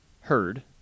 heard